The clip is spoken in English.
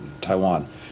Taiwan